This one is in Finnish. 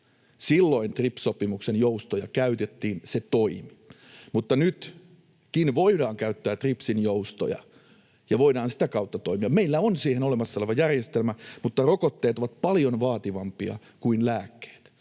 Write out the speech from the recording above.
Silloin TRIPS-sopimuksen joustoja käytettiin, se toimi. Mutta nytkin voidaan käyttää TRIPSin joustoja ja voidaan sitä kautta toimia, meillä on siihen olemassa oleva järjestelmä, mutta rokotteet ovat paljon vaativampia kuin lääkkeet.